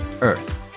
earth